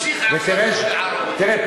תראה,